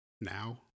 now